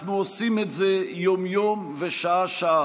אנחנו עושים את זה יום-יום ושעה-שעה.